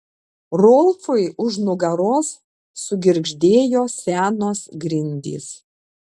rolfui už nugaros sugirgždėjo senos grindys